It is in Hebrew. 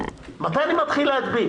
מתי אני מתחיל להדביק,